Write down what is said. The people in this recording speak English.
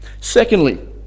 Secondly